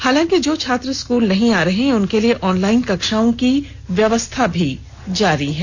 हालांकि जो छात्र स्कूल नहीं आ रहे हैं उनके लिए ऑनलाइन कक्षाओं की व्यवस्था भी जारी है